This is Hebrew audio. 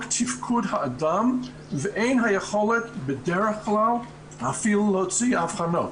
תפקוד האדם ואין יכולת בדרך כלל אפילו להוציא אבחנות,